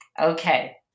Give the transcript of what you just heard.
Okay